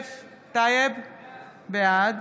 בעד